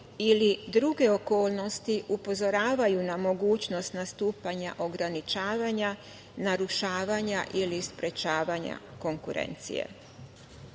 ili druge okolnosti upozoravaju na mogućnost nastupanja ograničavanja, narušavanja ili sprečavanja konkurencije. Raduje